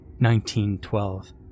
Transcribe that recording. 1912